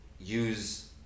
use